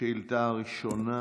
שאילתה ראשונה